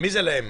מי זה להם?